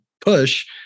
push